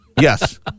Yes